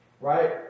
Right